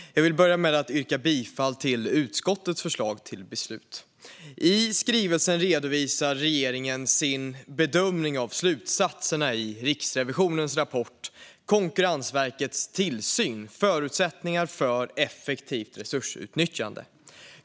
Fru talman! Jag vill börja med att yrka bifall till utskottets förslag till beslut. I skrivelsen redovisar regeringen sin bedömning av slutsatserna i Riksrevisionens rapport Konkurrensverkets tillsyn - förutsättningar för effektivt resursutnyttjande .